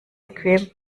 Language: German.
bequem